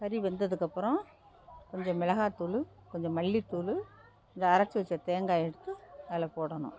கறி வெந்ததுக்கப்புறம் கொஞ்சம் மிளகாத்தூள் கொஞ்சம் மல்லித்தூள் இங்கே அரைத்து வச்ச தேங்காயை எடுத்து அதில் போடணும்